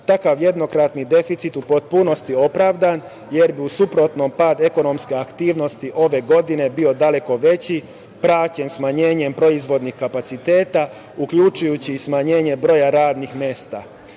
takav jednokratni deficit u potpunosti opravdan jer bi u suprotnom pad ekonomske aktivnosti ove godine bio daleko veći, praćen smanjenjem proizvodnih kapaciteta, uključujući i smanjenje broja radnih mesta.